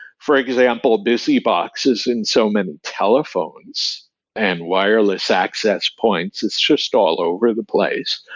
for example, ah busybox is in so many telephones and wireless access points. it's just all over the place.